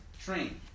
train